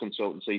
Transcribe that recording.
consultancy